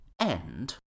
end